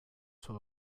suo